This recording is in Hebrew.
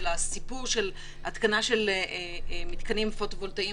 ולסיפור של התקנה של מתקנים פוטו-וולטאיים